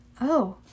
Oh